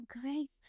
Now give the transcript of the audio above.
great